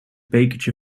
bekertje